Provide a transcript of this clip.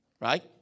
Right